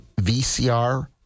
VCR